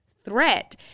threat